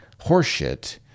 horseshit